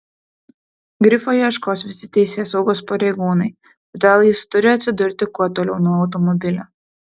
grifo ieškos visi teisėsaugos pareigūnai todėl jis turi atsidurti kuo toliau nuo automobilio